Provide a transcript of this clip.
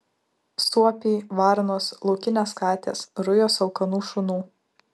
suopiai varnos laukinės katės rujos alkanų šunų